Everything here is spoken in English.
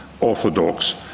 orthodox